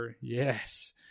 Yes